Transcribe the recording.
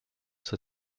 zur